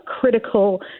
critical